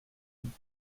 would